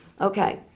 Okay